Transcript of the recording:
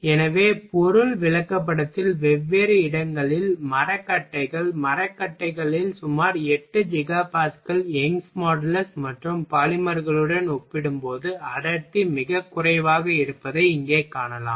எனவே பொருள் விளக்கப்படத்தில் வெவ்வேறு இடங்களில்மர கட்டைகள் மர கட்டைகளில் சுமார் 8 ஜிகா பாஸ்கல் யங்ஸ் மாடுலஸ் மற்றும் பாலிமர்களுடன் ஒப்பிடும்போது அடர்த்தி மிகக் குறைவாக இருப்பதை இங்கே காணலாம்